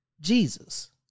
Jesus